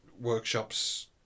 workshop's